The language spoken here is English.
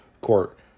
court